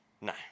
No